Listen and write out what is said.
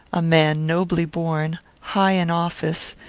a man nobly born, high in office,